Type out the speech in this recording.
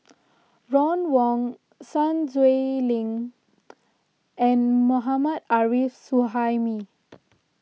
Ron Wong Sun Xueling and Mohammad Arif Suhaimi